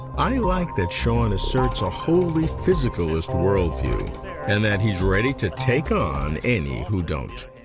i like that sean asserts a wholly physicalist world view and that he's ready to take on any who don't.